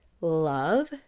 love